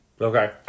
Okay